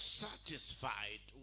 satisfied